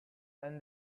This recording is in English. and